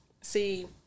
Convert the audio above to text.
See